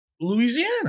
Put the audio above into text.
Louisiana